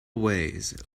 ways